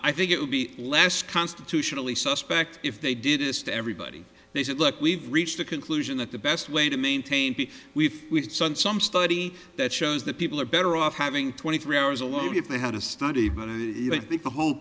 i think it would be less constitutionally suspect if they did this to everybody they said look we've reached a conclusion that the best way to maintain we've done some study that shows that people are better off having twenty three hours a week if they had a study but i think the whole